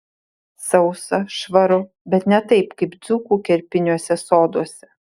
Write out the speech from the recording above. sausa švaru bet ne taip kaip dzūkų kerpiniuose soduose